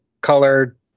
colored